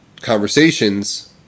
conversations